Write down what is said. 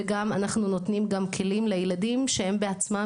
גם אנחנו נותנים כלים לילדים שהם בעצמם